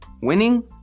Winning